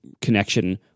connection